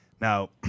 Now